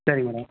சரிங்க மேடம்